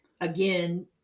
again